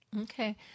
Okay